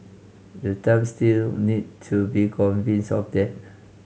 the Trump still need to be convinced of that